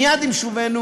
מייד עם שובנו,